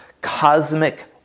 cosmic